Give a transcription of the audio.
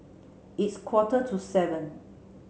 its quarter to seven